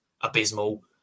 abysmal